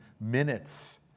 minutes